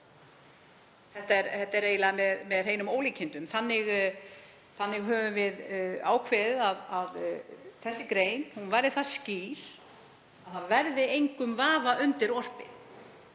Þetta er eiginlega með hreinum ólíkindum. Við höfum ákveðið að þessi grein verði það skýr að það verði engum vafa undirorpið